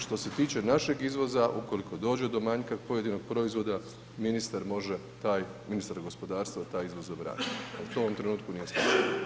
Što se tiče našeg izvoza ukoliko dođe do manjka pojedinog proizvoda ministar može taj, ministar gospodarstva, taj izvoz zabraniti, to u ovom trenutku nije sporno.